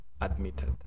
admitted